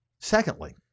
Secondly